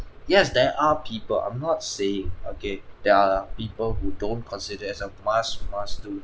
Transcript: yes there are people I'm not saying okay there are people who don't consider it as a must must do